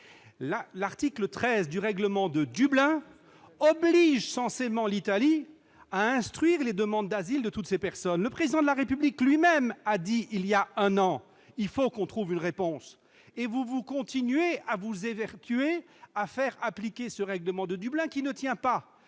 L'article 13 du règlement de Dublin oblige censément l'Italie à instruire les demandes d'asile de toutes ces personnes. Le Président de la République lui-même a dit, il y a un an, que nous devions trouver une réponse, mais vous vous évertuez encore à faire appliquer ce règlement de Dublin qui ne tient pas